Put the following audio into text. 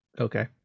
Okay